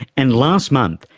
and last month,